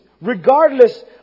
regardless